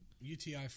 UTI